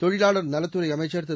தொழிலாளர் நலத்துறை அமைச்சர் திரு